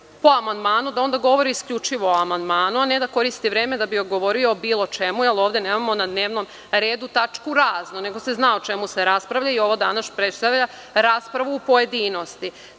po amandmanu, da onda govori isključivo o amandmanu, a ne da koristi vreme da bi govorio o bilo čemu, jer ovde nemamo na dnevnom redu tačku razno, nego se zna o čemu se raspravlja i ovo danas predstavlja raspravu u pojedinostima. Sa